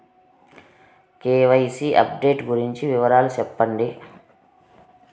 KYC update గురించి వివరాలు సెప్పండి?